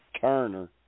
Turner